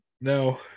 no